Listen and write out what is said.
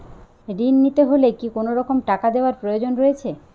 ঋণ নিতে হলে কি কোনরকম টাকা দেওয়ার প্রয়োজন রয়েছে?